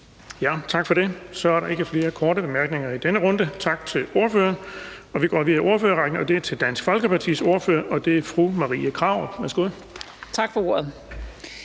Tak for det. Så er der ikke flere korte bemærkninger i denne runde. Tak til ordføreren. Og vi går videre i ordførerrækken, og det er til Dansk Folkepartis ordfører, og det er fru Marie Krarup. Værsgo. Kl.